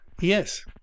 Yes